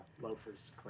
loafers